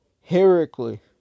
heroically